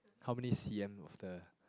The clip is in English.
how many C_M of the